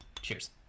Cheers